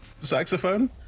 saxophone